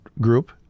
group